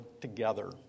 together